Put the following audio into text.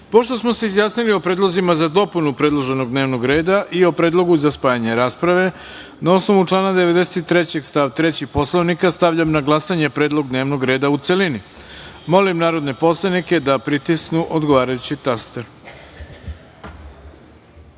smo se izjasnili o predlozima za dopunu predloženog dnevnog reda i o predlogu za spajanje rasprave, na osnovu člana 93. stav 3. Poslovnika, stavljam na glasanje predlog dnevnog reda u celini. Molim narodne poslanike da pritisnu odgovarajući